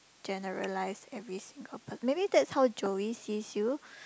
generalise every single per~ maybe that's how Joey sees you